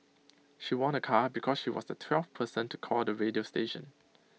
she won A car because she was the twelfth person to call the radio station